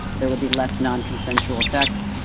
there would be less non-consensual sex.